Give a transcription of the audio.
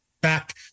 back